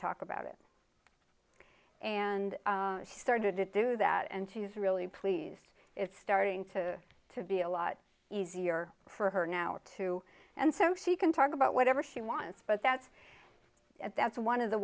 talk about it and she started to do that and she's really pleased it's starting to to be a lot easier for her now too and so she can talk about whatever she wants but that's that's one of the